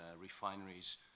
refineries